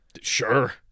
Sure